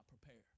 prepare